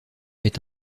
est